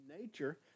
nature